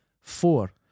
Four